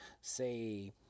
say